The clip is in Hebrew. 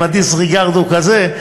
אם ה-disregard הוא כזה,